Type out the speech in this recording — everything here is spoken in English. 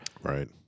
Right